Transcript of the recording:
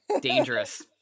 Dangerous